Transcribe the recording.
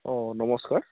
অঁ নমস্কাৰ